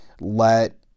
let